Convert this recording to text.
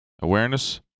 Awareness